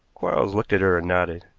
quarles looked at her and nodded.